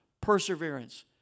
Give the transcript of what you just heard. perseverance